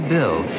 Bill